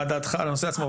מה דעתך על הנושא עצמו,